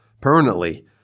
permanently